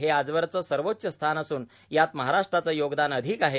हे आजवरचे सर्वोच्च स्थान असून यात महाराष्ट्राचे योगदान अधिक आहे